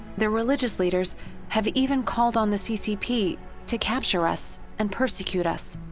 the religious leaders have even called on the ccp to capture us and persecute us.